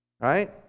Right